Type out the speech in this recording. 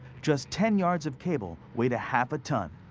just ten yards of cable weighed a half a ton.